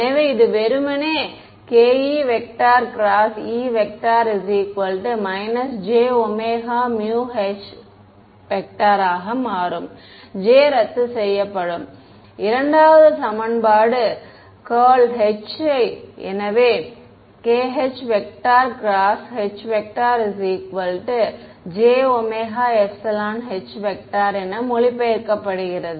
எனவே இது வெறுமனே ke×E jωμH ஆக மாறும் j ரத்து செய்யப்படும் இரண்டாவது சமன்பாடு சுருட்டை h எனவே kh×H jωεH என மொழிபெயர்க்கப்படுகிறது